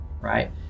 right